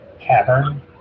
cavern